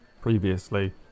previously